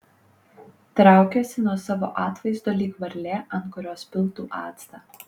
traukiuosi nuo savo atvaizdo lyg varlė ant kurios piltų actą